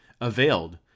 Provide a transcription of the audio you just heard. availed